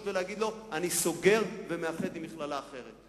ולהגיד לו: אני סוגר ומאחד עם מכללה אחרת,